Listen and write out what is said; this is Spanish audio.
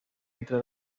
entre